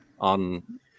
on